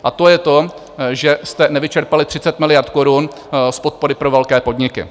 A to je to, že jste nevyčerpali 30 miliard z podpory pro velké podniky.